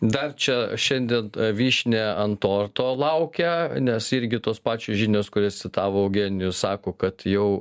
dar čia šiandien vyšnia ant torto laukia nes irgi tos pačios žinios kurias citavo eugenijus sako kad jau